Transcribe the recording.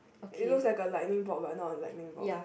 it looks like a lightning board but not a lightning board